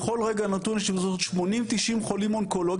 בכל רגע נתון יש לנו בסביבות 80-9- חולים אונקולוגים,